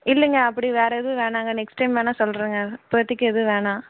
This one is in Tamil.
இல்லைங்க அப்படி வேறு எதுவும் வேணாங்க நெக்ஸ்ட் டைம் வேணாம் சொல்கிறேங்க இப்போதைக்கு எதுவும் வேணாம்